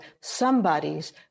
somebody's